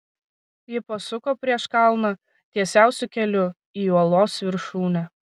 ji pasuko prieš kalną tiesiausiu keliu į uolos viršūnę